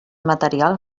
material